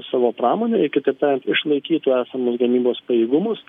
savo pramonę ir kitaip tariant išlaikytų esamus gamybos pajėgumus